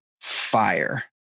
fire